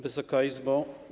Wysoka Izbo!